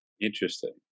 interesting